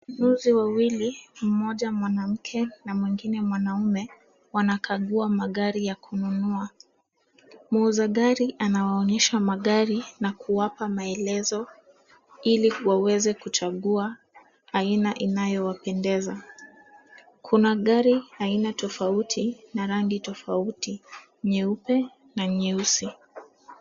Wanunuzi wawili, mmoja mwanamke na mwingine mwanaume, wanakagua magari ya kununua. Muuza gari anawaonyesha magari na kuwapa maelezo ili waweze kuchagua aina inayowapendeza. Kuna gari aina tofauti na rangi tofauti nyeupe na nyeusi.